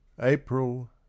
April